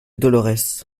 dolorès